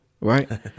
right